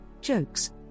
jokes